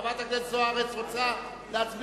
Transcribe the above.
חברת הכנסת זוארץ רוצה להצביע?